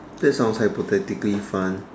that sounds hypothetically fun